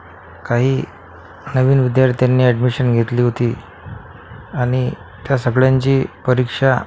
काही नवीन विद्यार्थ्यांनी ॲडमिशन घेतली होती आणि त्या सगळ्यांची परीक्षा